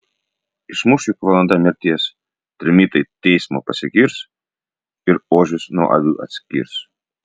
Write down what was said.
išmuš juk valanda mirties trimitai teismo pasigirs ir ožius nuo avių atskirs